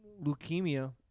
leukemia